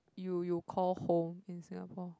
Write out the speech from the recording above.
you you call home in Singapore